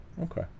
okay